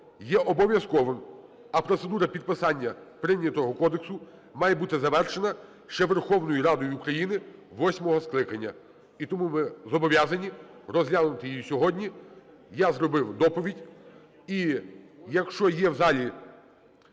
є обов'язковим, а процедура підписання прийнятого кодексу має бути завершена ще Верховною Радою України восьмого скликання. І тому ми зобов'язані розглянути її сьогодні. Я зробив доповідь. І якщо є в залі